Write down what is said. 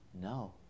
No